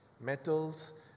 metals